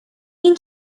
این